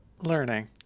learning